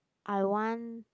I want